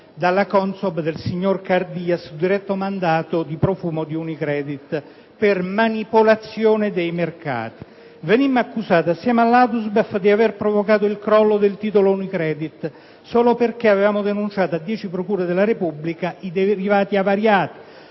dalla CONSOB del signor Cardia, su diretto mandato del signor Profumo e di UniCredit, per manipolazione dei mercati. Ero stato accusato insieme all'ADUSBEF di aver provocato il crollo del titolo UniCredit solo per aver denunciato a 10 procure della Repubblica i derivati avariati